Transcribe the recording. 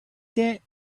that